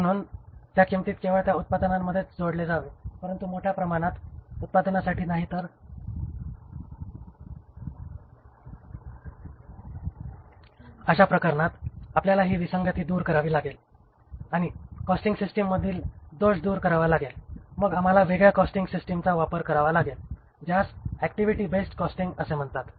म्हणून त्या किंमतीत केवळ त्या उत्पादनांमध्येच जोडले जावे परंतु मोठ्या प्रमाणात उत्पादनासाठी नाही तर अशा प्रकरणात आपल्याला ही विसंगती दुरुस्त करावी लागेल आणि कॉस्टिंग सिस्टिममधील दोष दूर करावा लागेल आणि मग आम्हाला वेगळ्या कॉस्टिंग सिस्टमचा वापर करावा लागेल ज्यास ऍक्टिव्हिटी बेस्ड कॉस्टिंग असे म्हणतात